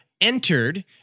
entered